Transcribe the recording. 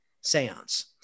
seance